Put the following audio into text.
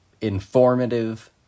informative